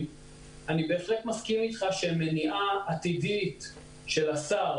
אני בהחלט מסכים איתך שמניעה עתידית של השר